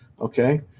Okay